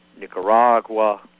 Nicaragua